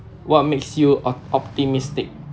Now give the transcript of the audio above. what makes you op~ optimistic